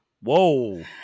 whoa